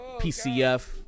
PCF